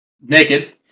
naked